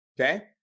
okay